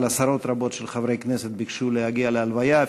אבל עשרות רבות של חברי כנסת ביקשו להגיע להלוויה.